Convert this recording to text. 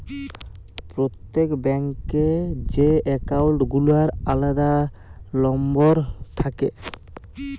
প্রত্যেক ব্যাঙ্ক এ যে একাউল্ট গুলার আলাদা লম্বর থাক্যে